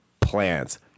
plants